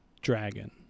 dragon